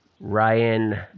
Ryan